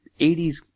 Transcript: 80s